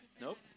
Nope